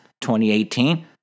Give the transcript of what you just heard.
2018